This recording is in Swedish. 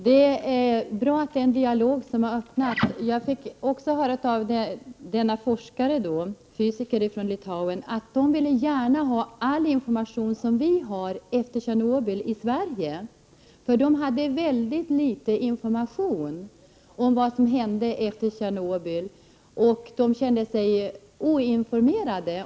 Fru talman! Det är bra att en dialog har öppnats. Jag fick också höra av denna forskare, fysiker från Litauen, att de gärna ville ha all information som vi har i Sverige om Tjernobyl. De hade väldigt litet information om vad som hände efter Tjernobyl, och de kände sig oinformerade.